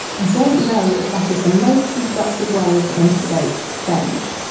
i don't know if that is the most constructive way to instigate change.